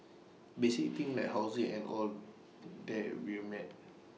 basic things like housing and all that were met